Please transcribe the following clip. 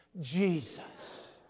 Jesus